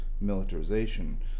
militarization